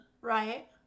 Right